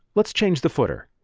let's change the footer.